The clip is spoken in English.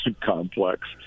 complex